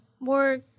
More